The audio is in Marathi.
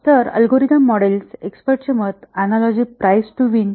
तर अल्गोरिदम मॉडेल्स एक्स्पर्ट चे मत अॅनालॉजी प्राईस टू विन